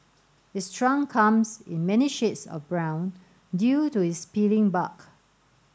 its trunk comes in many shades of brown due to its peeling bark